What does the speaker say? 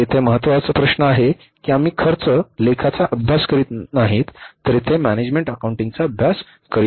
आता येथे महत्त्वाचा प्रश्न आहे की आम्ही खर्च लेखाचा अभ्यास करीत नाही आहोत तर येथे मॅनेजमेंट अकाउंटिंगचा अभ्यास करत आहोत